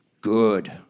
Good